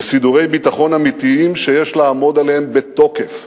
בסידורי ביטחון אמיתיים שיש לעמוד עליהם בתוקף.